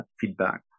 feedback